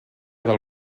del